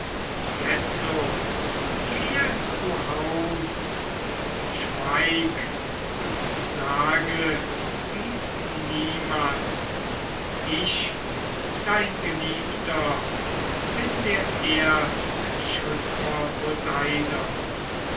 jetzo gehe zu haus und schweig und sage dies niemand ich dein geliebter bin der erderschüttrer